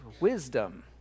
wisdom